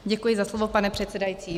Děkuji za slovo, pane předsedající.